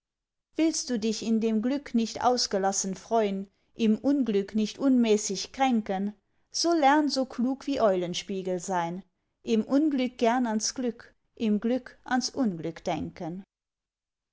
willst du dich in dem glück nicht ausgelassen freun im unglück nicht unmäßig kränken so lern so klug wie eulenspiegel sein im unglück gern ans glück im glück ans unglück denken